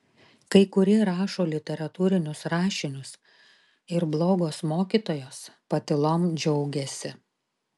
kai kurie rašo literatūrinius rašinius ir blogos mokytojos patylom džiaugiasi